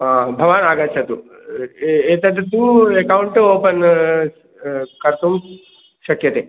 भवान् आगच्छतु एतत्तु एकौण्ट् ओपन् कर्तुं शक्यते